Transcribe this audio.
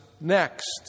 next